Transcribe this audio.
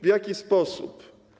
W jaki sposób?